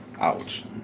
Ouch